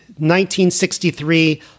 1963